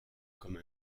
comme